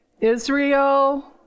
Israel